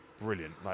Brilliant